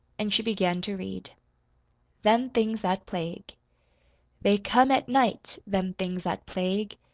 and she began to read them things that plague they come at night, them things that plague,